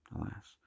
alas